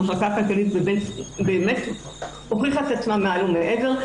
המחלקה הכלכלית באמת הוכיחה את עצמה מעל ומעבר.